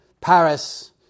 Paris